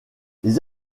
les